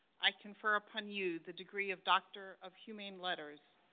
i confer upon you the degree of doctor of humane letters,